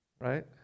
right